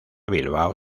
bilbao